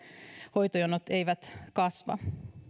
hoitojonot eivät kasva